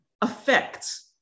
affects